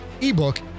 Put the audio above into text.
ebook